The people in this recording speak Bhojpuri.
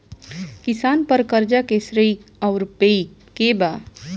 किसान पर क़र्ज़े के श्रेइ आउर पेई के बा?